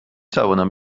توانم